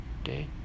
Okay